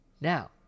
Now